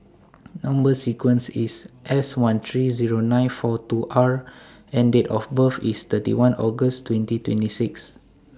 Number sequence IS S one three Zero nine four two R and Date of birth IS thirty one August twenty twenty six